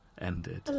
ended